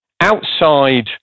outside